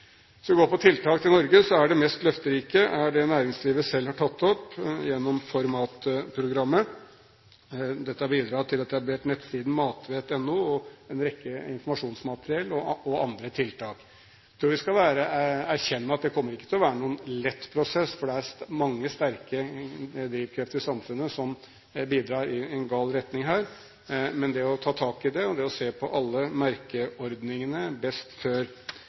tiltak i Norge, er det mest løfterike det næringslivet selv har tatt opp gjennom ForMat-programmet. Dette har bidratt til at man har etablert nettsiden matvett.no, og en rekke informasjonsmateriell og andre tiltak. Jeg tror vi skal erkjenne at det kommer ikke til å være noen lett prosess, for det er mange sterke drivkrefter i samfunnet som bidrar i en gal retning her, men det å ta tak i det og se på alle merkeordningene,